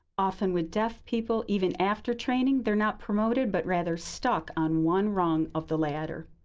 often with deaf people, even after training, they're not promoted, but rather stuck on one rung of the ladder.